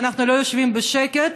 ואנחנו לא יושבים בשקט,